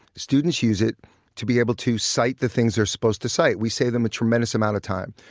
students use it to be able to cite the things they're supposed to site. we save them a tremendous amount of time.